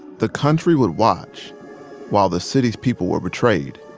the country would watch while the city's people were betrayed.